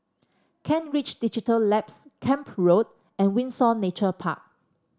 Kent Ridge Digital Labs Camp Road and Windsor Nature Park